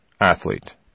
athlete